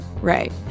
right